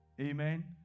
amen